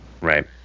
Right